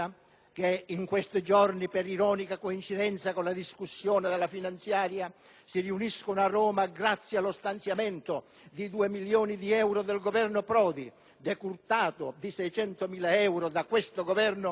che in questi giorni per ironica coincidenza con la discussione della finanziaria per il 2009 si riuniscono a Roma grazie allo stanziamento di 2 milioni di euro del Governo Prodi decurtato di 600.000 euro da questo Governo